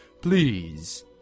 Please